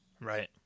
right